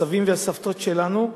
הסבים והסבות שלנו,